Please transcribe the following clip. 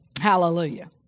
Hallelujah